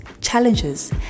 challenges